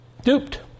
Duped